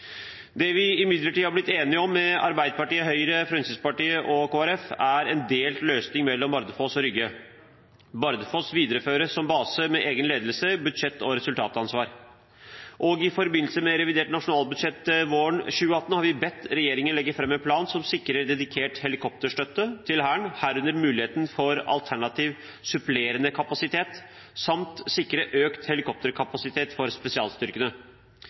Det vi imidlertid er blitt enige med Arbeiderpartiet, Høyre, Fremskrittspartiet og Kristelig Folkeparti om, er en delt løsning mellom Bardufoss og Rygge. Bardufoss videreføres som base med egen ledelse, budsjett- og resultatansvar. I forbindelse med revidert nasjonalbudsjett våren 2018 ber vi regjeringen legge fram en plan som sikrer dedikert helikopterstøtte til Hæren, herunder muligheten for alternativ supplerende kapasitet, samt sikrer økt helikopterkapasitet for spesialstyrkene.